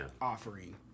offering